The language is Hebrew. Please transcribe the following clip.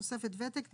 תוספת וותק,